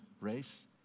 race